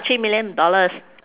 three million dollars